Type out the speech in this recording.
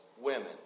women